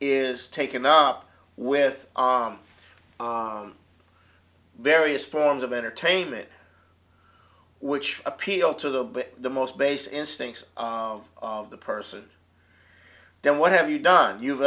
is taken up with on various forms of entertainment which appeal to the but the most base instincts of the person then what have you done you've